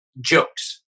jokes